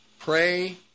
Pray